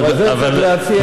אבל צריך להציע,